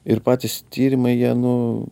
ir patys tyrimai jie nu